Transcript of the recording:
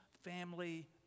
family